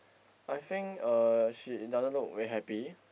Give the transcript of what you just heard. I think uh she doesn't look very happy